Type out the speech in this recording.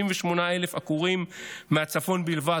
68,000 עקורים מהצפון בלבד,